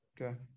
Okay